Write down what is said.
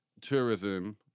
tourism